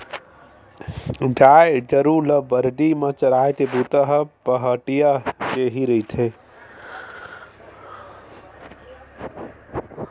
गाय गरु ल बरदी म चराए के बूता ह पहाटिया के ही रहिथे